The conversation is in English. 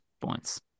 points